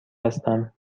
هستم